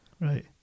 Right